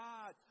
God